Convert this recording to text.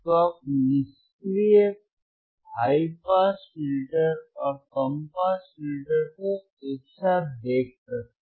तो आप निष्क्रिय हाई पास फिल्टर और कम पास फिल्टर को एक साथ देख सकते हैं